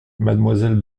mademoiselle